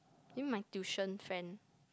think my tuition friend